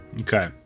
Okay